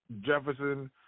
Jefferson